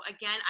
again